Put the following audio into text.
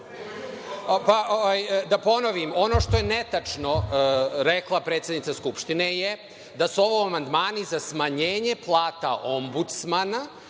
Da ponovim. Ono što je netačno rekla predsednica Skupštine je da su ovo amandmani za smanjenje plata Ombudsmana